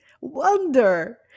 Wonder